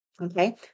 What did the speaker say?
okay